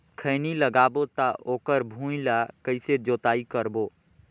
खैनी लगाबो ता ओकर भुईं ला कइसे जोताई करबो?